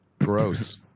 Gross